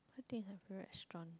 what is my favourite restaurant